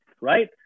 right